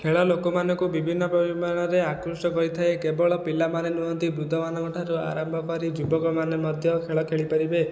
ଖେଳ ଲୋକମାନଙ୍କୁ ବିଭିନ୍ନ ପରିମାଣରେ ଆକୃଷ୍ଟ କରିଥାଏ କେବଳ ପିଲାମାନେ ନୁହନ୍ତି ବୃଦ୍ଧମାନଙ୍କଠାରୁ ଆରମ୍ଭ କରି ଯୁବକମାନେ ମଧ୍ୟ ଖେଳ ଖେଳି ପାରିବେ